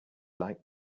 like